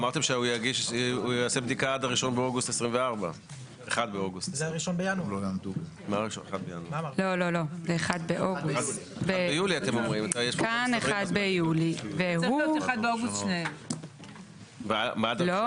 אמרתם שהוא יעשה בדיקה עד ה-1 באוגוסט 2024. מרגע